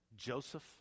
Joseph